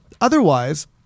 otherwise